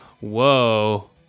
Whoa